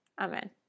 amen